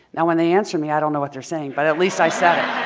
now, when they answer me, i don't know what they're saying but at least i said it.